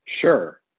Sure